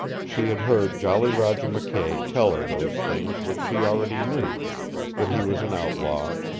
she had heard jolly roger mckay tell her those things which she already knew that he was an outlaw,